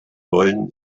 wollen